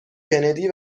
کندی